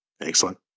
excellent